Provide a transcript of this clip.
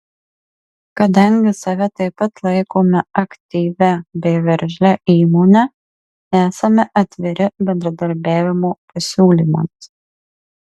kadangi save taip pat laikome aktyvia bei veržlia įmone esame atviri bendradarbiavimo pasiūlymams